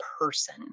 person